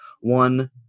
one